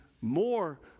more